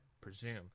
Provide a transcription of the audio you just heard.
presume